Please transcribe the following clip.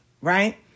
right